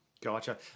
Gotcha